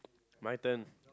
my turn